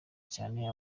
cyane